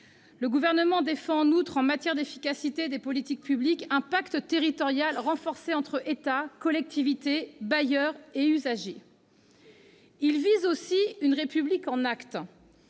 Le Gouvernement défend en outre, au nom de l'efficacité des politiques publiques, un pacte territorial renforcé entre État, collectivités, bailleurs et usagers. Il vise aussi à promouvoir une République en actes.